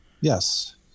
Yes